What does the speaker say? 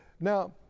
Now